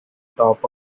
top